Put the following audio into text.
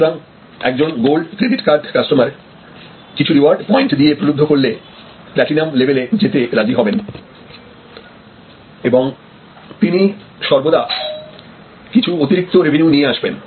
সুতরাং একজন gold credit card customer কিছু রিওয়ার্ড পয়েন্ট দিয়ে প্রলুব্ধ করলে প্লাটিনাম লেভেলে যেতে রাজি হবেন এবং তিনি সর্বদা কিছু অতিরিক্ত রেভিনিউ নিয়ে আসবেন